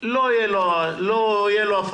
ולא מעניין אותי אם זה שישי או שבת.